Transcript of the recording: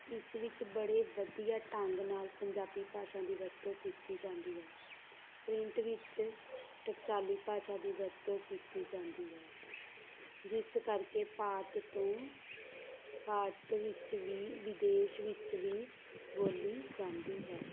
ਇਸ ਵਿੱਚ ਬੜੇ ਵਧੀਆ ਢੰਗ ਨਾਲ ਪੰਜਾਬੀ ਭਾਸ਼ਾ ਦੀ ਵਰਤੋਂ ਕੀਤੀ ਜਾਂਦੀ ਹੈ ਪ੍ਰਿੰਟ ਵਿੱਚ ਟਕਸਾਲੀ ਭਾਸ਼ਾ ਦੀ ਵਰਤੋਂ ਕੀਤੀ ਜਾਂਦੀ ਹੈ ਜਿਸ ਕਰਕੇ ਭਾਰਤ ਤੋਂ ਭਾਰਤ ਵਿੱਚ ਵੀ ਵਿਦੇਸ਼ ਵਿੱਚ ਵੀ ਬੋਲੀ ਜਾਂਦੀ ਹੈ